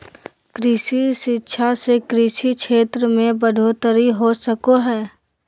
कृषि शिक्षा से कृषि क्षेत्र मे बढ़ोतरी हो सको हय